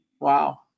Wow